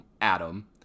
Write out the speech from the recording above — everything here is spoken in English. Adam